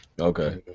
Okay